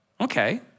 Okay